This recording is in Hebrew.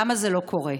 למה זה לא קורה?